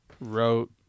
wrote